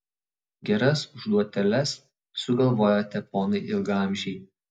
geras užduotėles sugalvojate ponai ilgaamžiai